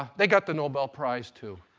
they got the nobel prize, too.